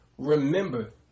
Remember